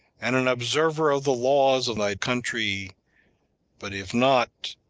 and an observer of the laws of thy country but if not,